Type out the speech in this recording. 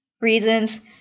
reasons